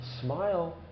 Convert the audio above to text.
smile